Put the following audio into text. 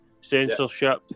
censorship